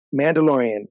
Mandalorian